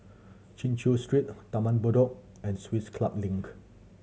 Chin Chew Street Taman Bedok and Swiss Club Link